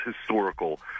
historical